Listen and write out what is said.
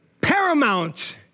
paramount